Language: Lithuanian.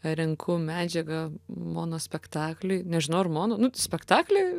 renku medžiagą monospektakliui nežinau ar mono nu spektaklį